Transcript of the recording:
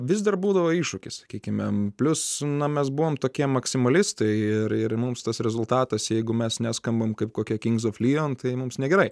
vis dar būdavo iššūkis sakykime plius na mes buvom tokie maksimalistai ir ir mums tas rezultatas jeigu mes neskambam kaip kokie kingz of lijon tai mums negerai